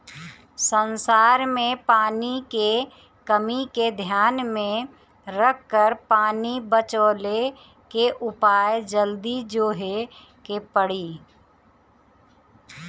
संसार में पानी के कमी के ध्यान में रखकर पानी बचवले के उपाय जल्दी जोहे के पड़ी